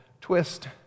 twist